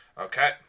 Okay